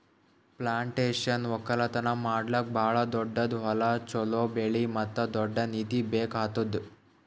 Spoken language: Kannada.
ಪ್ಲಾಂಟೇಶನ್ ಒಕ್ಕಲ್ತನ ಮಾಡ್ಲುಕ್ ಭಾಳ ದೊಡ್ಡುದ್ ಹೊಲ, ಚೋಲೋ ಬೆಳೆ ಮತ್ತ ದೊಡ್ಡ ನಿಧಿ ಬೇಕ್ ಆತ್ತುದ್